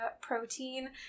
protein